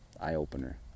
eye-opener